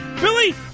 Billy